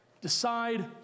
Decide